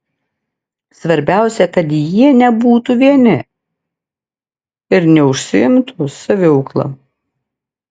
svarbiausia kad jie nebūtų vieni ir neužsiimtų saviaukla